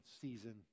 season